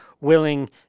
willing